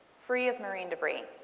free of marine debris.